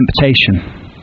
Temptation